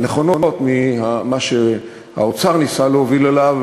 נכונות ממה שהאוצר ניסה להוביל אליו.